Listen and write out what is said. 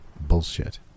Bullshit